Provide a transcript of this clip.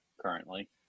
currently